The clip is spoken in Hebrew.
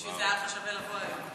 בשביל זה היה שווה לך לבוא היום.